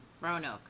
Roanoke